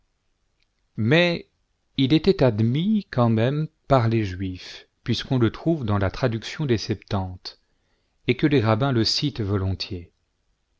mais il était admis quand même par les juifs puisqu'on le trouve dans la traduction des septante et que les rabbins le citent volontiers